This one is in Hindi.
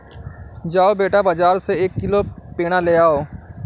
जाओ बेटा, बाजार से एक किलो पेड़ा ले आओ